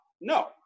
no